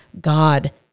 God